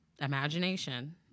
imagination